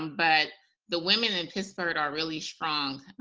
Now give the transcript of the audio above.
but the women in pittsburgh are really strong.